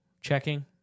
checking